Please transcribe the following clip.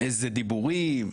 איזה דיבורים.